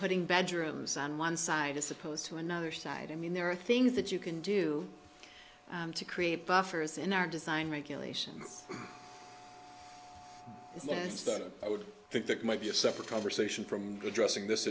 putting bedrooms on one side is supposed to another side i mean there are things that you can do to create buffers in our design regulations that i would think that might be a separate conversation from good dressing this